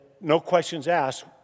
no-questions-asked